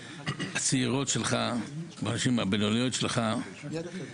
כאלה ומפגינים ברחובות כאלה שמעתי את כולם.